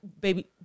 baby